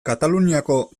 kataluniako